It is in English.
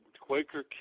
Quaker